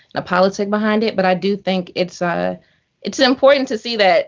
a politic behind it. but i do think it's ah it's important to see that